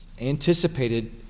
anticipated